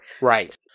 Right